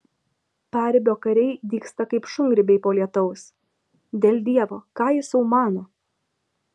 paribio kariai dygsta kaip šungrybiai po lietaus dėl dievo ką jis sau mano